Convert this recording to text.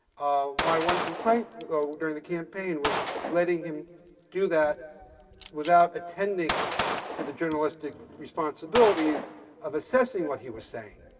my one complaint though during the campaign was letting him do that without attending to the journalistic responsibility of of assessing what he was saying